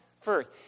first